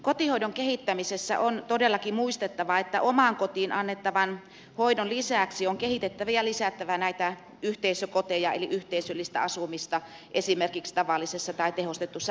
kotihoidon kehittämisessä on todellakin muistettava että omaan kotiin annettavan hoidon lisäksi on kehitettävä ja lisättävä näitä yhteisökoteja eli yhteisöllistä asumista esimerkiksi tavallisessa tai tehostetussa palvelutalossa